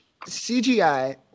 CGI